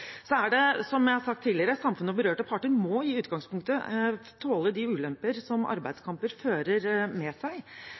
og berørte parter må, som jeg har sagt tidligere, i utgangspunktet tåle de ulemper som